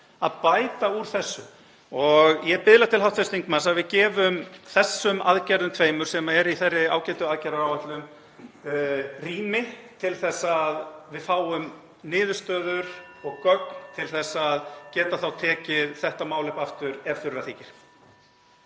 að bæta úr þessu. Ég biðla til hv. þingmanns að við gefum þessum aðgerðum tveimur, sem eru í þeirri ágætu aðgerðaáætlun, rými til þess að við fáum niðurstöður og gögn til að geta þá tekið þetta mál upp aftur ef þurfa þykir.